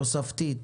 תוספתית,